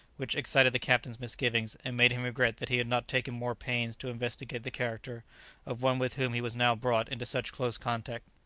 which excited the captain's misgivings, and made him regret that he had not taken more pains to investigate the character of one with whom he was now brought into such close contact.